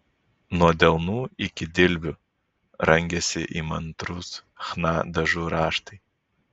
nuo delnų iki dilbių rangėsi įmantrūs chna dažų raštai